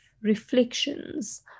reflections